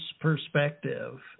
perspective